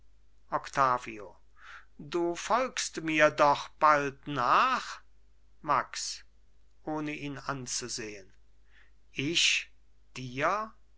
du folgst mir doch bald nach max ohne ihn anzusehen ich dir